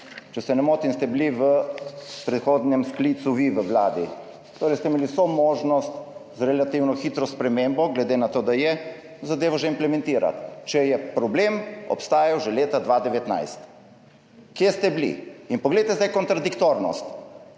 če se ne motim, ste bili v predhodnem sklicu vi v Vladi, torej ste imeli vso možnost z relativno hitro spremembo, glede na to, da je, zadevo že implementirati, če je problem obstajal že leta 2019. Kje ste bili? In poglejte zdaj kontradiktornost.